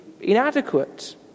inadequate